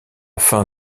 fin